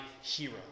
hero